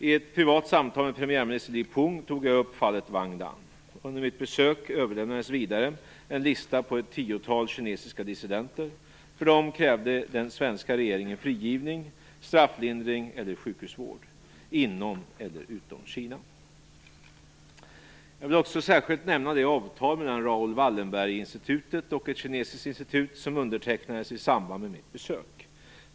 I ett privat samtal med premiärminister Li Peng tog jag upp fallet Wang Dan. Under mitt besök överlämnades vidare en lista på ett tiotal kinesiska dissidenter. För dem krävde den svenska regeringen frigivning, strafflindring eller sjukhusvård inom eller utom Kina. Jag vill också särskilt nämna det avtal med Raoul Wallenberginstitutet och ett kinesiskt institut som undertecknades i samband med mitt besök.